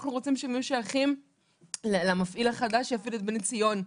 אנחנו רוצים שהן ישתייכו למפעיל החדש שיפעיל את בני ציון.